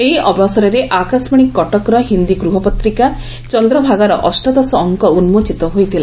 ଏହି ଅବସରରେ ଆକାଶବାଣୀ କଟକର ହିନ୍ଦୀ ଗୃହ ପତ୍ରିକା 'ଚନ୍ଦ୍ରଭାଗା'ର ଅଷ୍ଟାଦଶ ଅଙ୍କ ଉନ୍କୋଚିତ ହୋଇଥିଲା